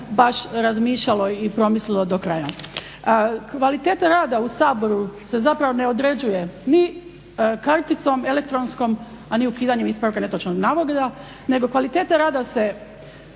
baš razmišljalo i promislilo do kraja. A kvaliteta rada u Saboru se zapravo ne određuje ni karticom elektronskom, a ni ukidanjem ispravka netočnog navoda nego kvaliteta rada se